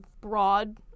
broad